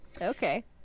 Okay